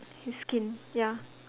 his skin ya